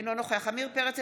אינו נוכח עמיר פרץ,